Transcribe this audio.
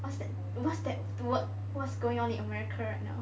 what's that what's that word what's going on in America right now